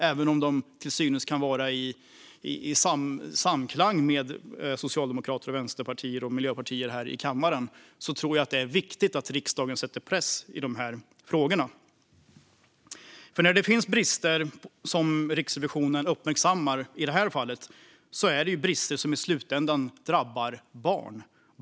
Även om de till synes kan vara i samklang med Socialdemokraterna, Vänsterpartiet och Miljöpartiet här i kammaren tror jag att det är viktigt att riksdagen sätter press på regeringen i de här frågorna. De brister som Riksrevisionen uppmärksammar i det här fallet är brister som i slutändan drabbar barn.